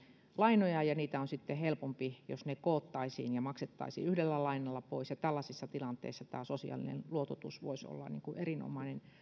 lainoja ja niitä on sitten helpompi hoitaa jos ne koottaisiin ja maksettaisiin yhdellä lainalla pois tällaisissa tilanteissa tämä sosiaalinen luototus voisi olla erinomainen